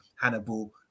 Hannibal